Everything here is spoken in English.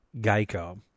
Geico